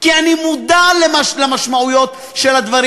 כי אני מודע למשמעויות של הדברים.